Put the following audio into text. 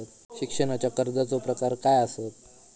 शिक्षणाच्या कर्जाचो प्रकार काय आसत?